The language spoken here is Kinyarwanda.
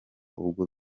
ubwo